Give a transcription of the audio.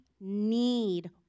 need